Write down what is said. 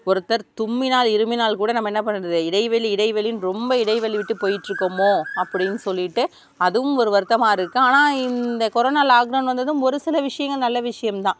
ஒருத்தர் தும்மினால் இருமினால் கூட நம்ம என்ன பண்ணுறது இடைவெளி இடைவெளினு ரொம்ப இடைவெளி விட்டு போயிட்டுருக்குமோ அப்படின்னு சொல்லிட்டு அதுவும் ஒரு வருத்தமாக இருக்குது ஆனால் இந்த கொரோனா லாக்டவுன் வந்ததும் ஒரு சில விஷயங்கள் நல்ல விஷயம் தான்